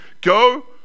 Go